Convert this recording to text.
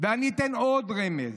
ואני אתן עוד רמז: